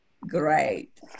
great